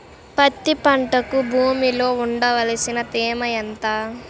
పత్తి పంటకు భూమిలో ఉండవలసిన తేమ ఎంత?